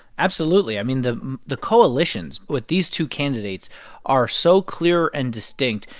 absolutely. i mean, the the coalitions with these two candidates are so clear and distinct.